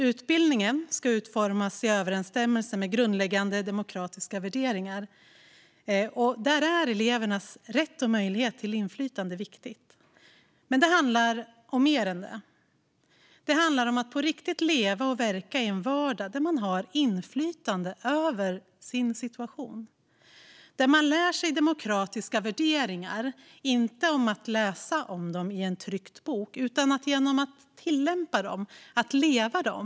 Utbildningen ska utformas i överensstämmelse med grundläggande demokratiska värderingar. Där är elevernas rätt och möjlighet till inflytande viktigt, men det handlar om mer än det. Det handlar om att på riktigt leva och verka i en vardag där man har inflytande över sin situation och där man lär sig demokratiska värderingar inte genom att läsa om dem i en tryckt bok utan genom att tillämpa dem och genom att leva dem.